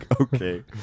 Okay